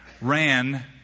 ran